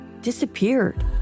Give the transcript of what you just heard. disappeared